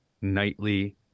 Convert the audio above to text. nightly